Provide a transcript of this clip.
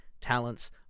talents